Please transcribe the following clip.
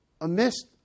amidst